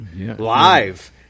live